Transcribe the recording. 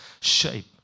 shape